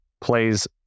plays